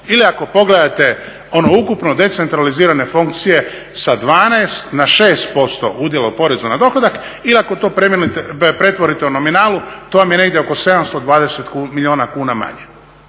Ili ako pogledate ono ukupno decentralizirane funkcije sa 12 na 6% udjela u porezu na dohodak ili ako to pretvorite u nominalu to vam je negdje oko 720 milijuna kuna manje.